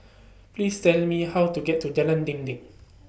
Please Tell Me How to get to Jalan Dinding